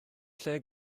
lle